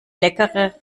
leckere